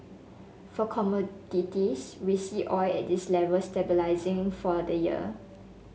for commodities we see oil at this level stabilising for the year